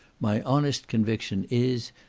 my honest conviction is,